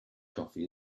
coffee